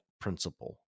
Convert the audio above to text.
principle